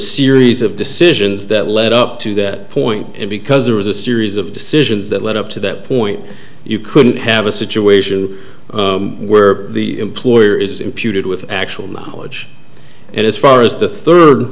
series of decisions that led up to that point because there was a series of decisions that led up to that point you couldn't have a situation where the employer is imputed with actual knowledge and as far as the third